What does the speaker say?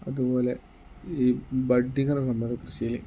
അതുപോലെ ഈ ബഡ്ഡിങ്ങ് എന്ന് പറഞ്ഞൊരു സംഭവം അത് കൃഷിയിൽ